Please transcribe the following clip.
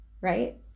right